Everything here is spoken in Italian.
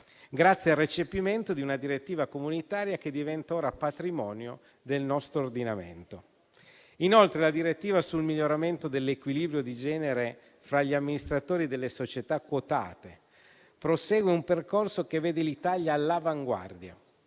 grazie al recepimento di una direttiva comunitaria che diventa ora patrimonio del nostro ordinamento. Inoltre, la direttiva sul miglioramento dell'equilibrio di genere fra gli amministratori delle società quotate prosegue un percorso che vede l'Italia all'avanguardia.